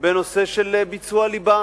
בנושא של ביצוע ליבה.